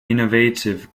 innovative